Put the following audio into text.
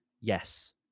Yes